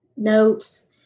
notes